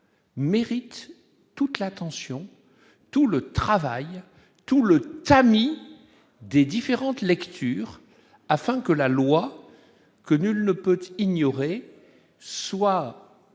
mérite toute l'attention tout le travail tout le temps tamis des différentes lectures afin que la loi que nul ne peut être ignoré soit